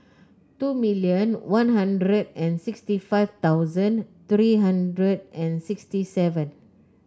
two million One Hundred and sixty five thousand three hundred and sixty seven